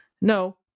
no